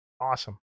Awesome